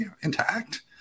intact